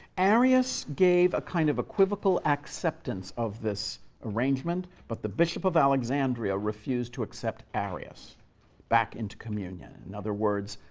arius gave a kind of equivocal acceptance of this arrangement, but the bishop of alexandria refused to accept arius back into communion. in other words,